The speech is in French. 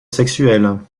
sexuel